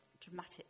dramatic